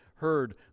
heard